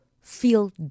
feel